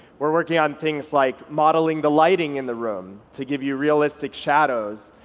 we're working on things like modeling the lighting in the room to give you realistic shadows,